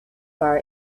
far